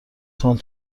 تند